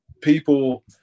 people